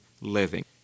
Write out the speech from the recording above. Living